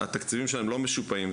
התקציבים שלהם לא משופעים,